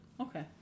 Okay